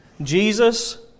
Jesus